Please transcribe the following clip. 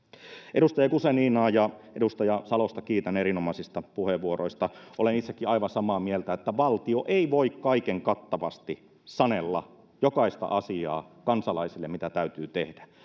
edustaja guzeninaa ja edustaja salosta kiitän erinomaisista puheenvuoroista olen itsekin aivan samaa mieltä että valtio ei voi kaikenkattavasti sanella kansalaisille jokaista asiaa mitä täytyy tehdä